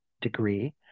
degree